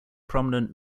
prominent